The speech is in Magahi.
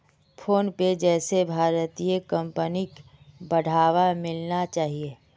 फोनपे जैसे भारतीय कंपनिक बढ़ावा मिलना चाहिए